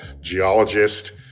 geologist